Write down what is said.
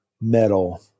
metal